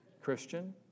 Christian